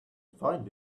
find